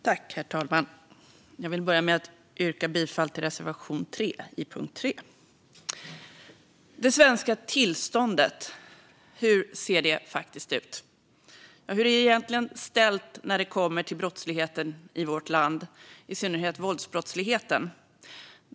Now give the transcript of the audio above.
Herr talman! Jag vill börja med att yrka bifall till reservation 3 under punkt 3. Hur ser det svenska tillståndet ut? Hur är det egentligen ställt med brottsligheten, i synnerhet våldsbrottsligheten, i vårt land?